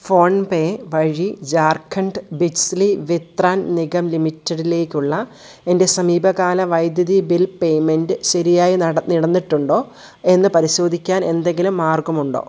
phone പേ വഴി ജാർഖണ്ഡ് ബിജ്ലി വിത്രാൻ നിഗം ലിമിറ്റഡിലേക്കുള്ള എൻ്റെ സമീപകാല വൈദ്യുതി ബിൽ പേയ്മെൻറ്റ് ശരിയായി നട നടന്നിട്ടുണ്ടോ എന്നു പരിശോധിക്കാൻ എന്തെങ്കിലും മാർഗ്ഗമുണ്ടോ